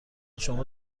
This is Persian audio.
شما